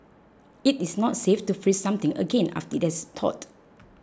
it is not safe to freeze something again after it has thawed